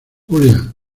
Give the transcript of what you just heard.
julia